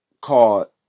called